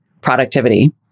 productivity